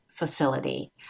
facility